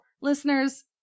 listeners